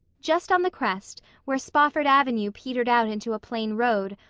just on the crest, where spofford avenue petered out into a plain road,